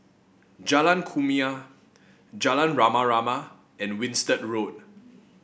Jalan Kumia Jalan Rama Rama and Winstedt Road